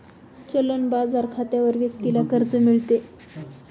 चलन बाजार खात्यावर व्यक्तीला कर्ज मिळते